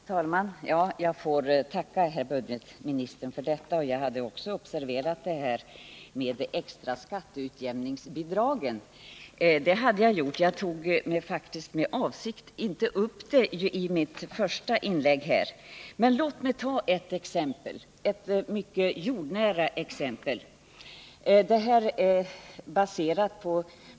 Herr talman! Jag får tacka herr budgetministern för detta. Jag har observerat det som budgetministern skriver i sitt svar om de extra skatteutjämningsbidragen, men jag tog med avsikt inte upp detta i mitt första inlägg här. Låt mig dock ge ett mycket jordnära exempel i det här sammanhanget.